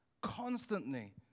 constantly